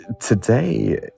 today